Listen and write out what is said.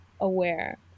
aware